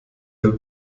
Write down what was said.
der